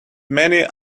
many